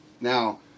Now